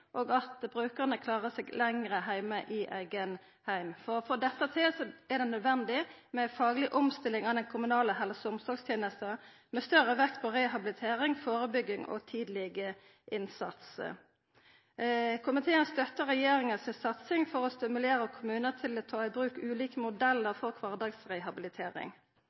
og til at brukarane klarar seg lenger heime i eigen heim. For å få dette til er det nødvendig med fagleg omstilling av den kommunale helse- og omsorgstenesta med større vekt på rehabilitering, førebygging og tidleg innsats. Komiteen støttar regjeringa si satsing for å stimulera kommunar til å ta i bruk ulike modellar for kvardagsrehabilitering.